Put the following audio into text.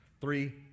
three